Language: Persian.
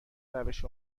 روش